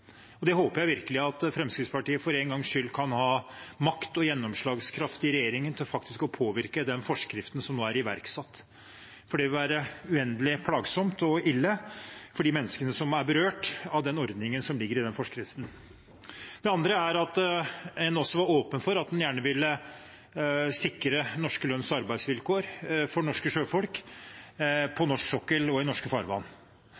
sagt. Jeg håper virkelig at Fremskrittspartiet for en gangs skyld kan ha makt og gjennomslagskraft i regjeringen til faktisk å påvirke den forskriften som nå er iverksatt, for det vil være uendelig plagsomt og ille for de menneskene som er berørt av ordningen som ligger i den forskriften. Det andre er at en også var åpen for gjerne å ville sikre norske lønns- og arbeidsvilkår for norske sjøfolk på norsk sokkel og i norske farvann.